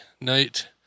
night